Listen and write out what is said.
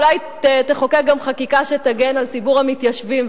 אולי תחוקק גם חוק שיגן על ציבור המתיישבים,